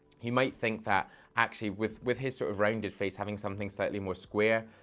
he might think that actually with with his sort of rounded face, having something slightly more square,